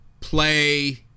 play